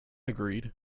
agreed